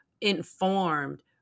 informed